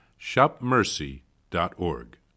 shopmercy.org